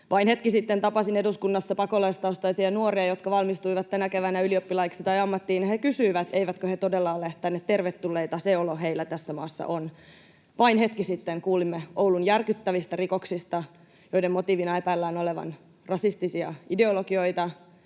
Vain hetki sitten tapasin eduskunnassa pakolaistaustaisia nuoria, jotka valmistuivat tänä keväänä ylioppilaiksi tai ammattiin, ja he kysyivät, eivätkö he todella ole tänne tervetulleita — se olo heillä tässä maassa on. Vain hetki sitten kuulimme Oulun järkyttävistä rikoksista, joiden motiivina epäillään olevan rasistisia ideologioita,